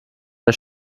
der